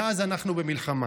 מאז אנחנו במלחמה.